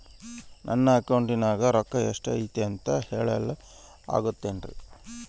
ನನ್ನ ಅಕೌಂಟಿನ್ಯಾಗ ರೊಕ್ಕ ಎಷ್ಟು ಐತಿ ಅಂತ ಹೇಳಕ ಆಗುತ್ತೆನ್ರಿ?